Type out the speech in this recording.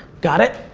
got it?